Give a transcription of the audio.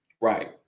Right